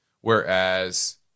whereas